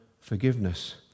forgiveness